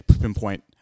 pinpoint